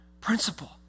principle